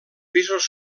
pisos